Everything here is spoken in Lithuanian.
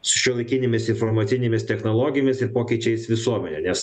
su šiuolaikinėmis informacinėmis technologijomis ir pokyčiais visuomenėje nes